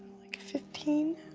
like, fifteen?